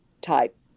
type